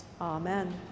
Amen